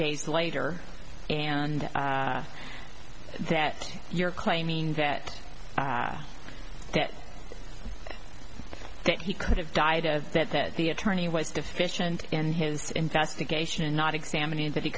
days later and that you're claiming that that that he could have died as that that the attorney was deficient in his investigation not examining that he